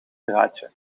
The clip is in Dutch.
draadje